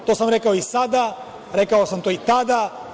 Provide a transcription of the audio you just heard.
To sam rekao i sada rekao sam to i tada.